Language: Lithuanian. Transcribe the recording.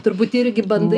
turbūt irgi bandai